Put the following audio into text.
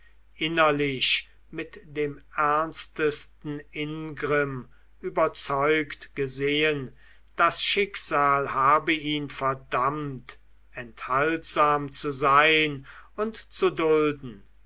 innerlich mit dem ernstesten ingrimm überzeugt gesehen das schicksal habe ihn verdammt enthaltsam zu sein und zu dulden